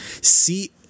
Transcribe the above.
see